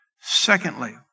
Secondly